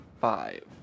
Five